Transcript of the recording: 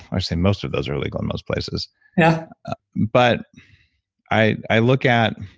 i say most of those are illegal in most places yeah but i i look at